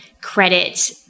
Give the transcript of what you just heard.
credit